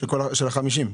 של ה-50?